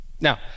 now